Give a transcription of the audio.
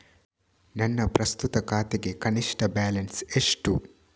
ನನ್ನ ಪ್ರಸ್ತುತ ಖಾತೆಗೆ ಕನಿಷ್ಠ ಬ್ಯಾಲೆನ್ಸ್ ಎಷ್ಟು?